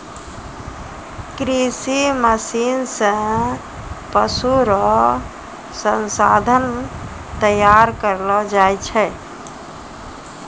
कृषि मशीन से पशु रो संसाधन तैयार करलो जाय छै